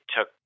took